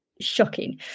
Shocking